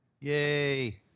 Yay